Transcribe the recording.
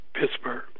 Pittsburgh